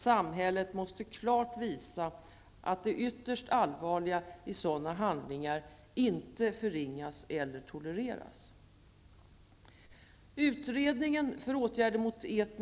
Samhället måste klart visa att det ytterst allvarliga i sådana handlingar inte förringas eller tolereras.